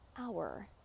hour